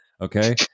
Okay